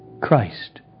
Christ